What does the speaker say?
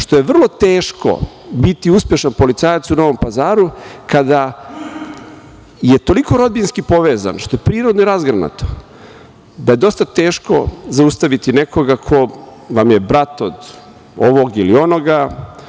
što je vrlo teško biti uspešan policajac u Novom Pazaru kada je toliko rodbinski povezan, što je prirodno i razgranato, dosta je teško zaustaviti nekoga ko vam je brat od ovog ili onoga,